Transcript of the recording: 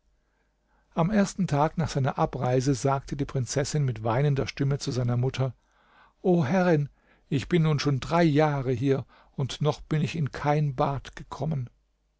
am ersten tag nach seiner abreise sagte die prinzessin mit weinender stimme zu seiner mutter o herrin ich bin nun schon drei jahre hier und noch bin ich in kein bad gekommen